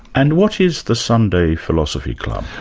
and what is the sunday philosophy club?